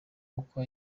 uko